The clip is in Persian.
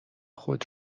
خود